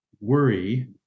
worry